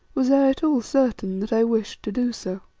was i at all certain that i wished to do so.